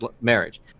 marriage